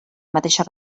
mateixa